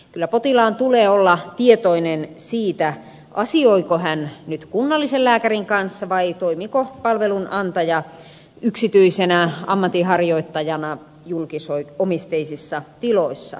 kyllä potilaan tulee olla tietoinen siitä asioiko hän nyt kunnallisen lääkärin kanssa vai toimiiko palvelun antaja yksityisenä ammatinharjoittajana julkisomisteisissa tiloissa